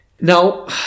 Now